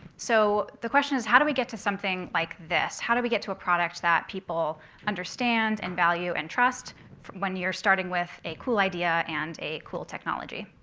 so the question is, how do we get to something like this? how do we get to a product that people understand, and value, and trust when you're starting with a cool idea and a cool technology?